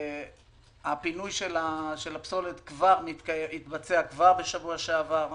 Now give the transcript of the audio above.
הפינוי של הפסולת התבצע כבר בשבוע שעבר.